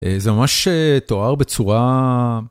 זה ממש תואר בצורה...